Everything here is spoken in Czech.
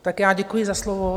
Tak já děkuji za slovo.